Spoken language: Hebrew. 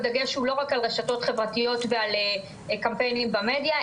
הדגש הוא לא רק על רשתות חברתיות ועל קמפיינים במדיה,